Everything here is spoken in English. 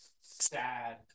Sad